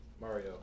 Mario